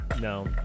No